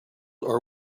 are